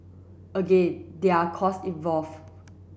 again there are cost involve